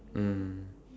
mm